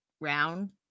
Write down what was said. round